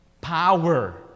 power